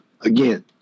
again